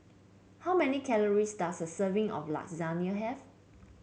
how many calories does a serving of Lasagna have